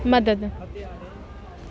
मदद